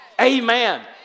Amen